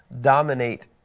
dominate